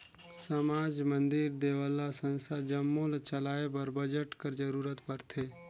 समाज, मंदिर, देवल्ला, संस्था जम्मो ल चलाए बर बजट कर जरूरत परथे